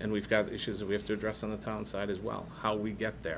and we've got issues that we have to address on the down side as well how we get the